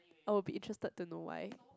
I will be interested to know why